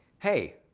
hey,